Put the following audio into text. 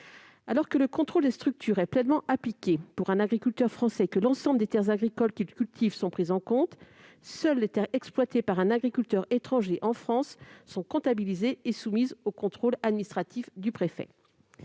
Alors que le contrôle des structures est pleinement appliqué pour un agriculteur français et que l'ensemble des terres agricoles qu'il cultive sont prises en compte, seules les terres exploitées par un agriculteur étranger en France sont comptabilisées et soumises au contrôle administratif du préfet.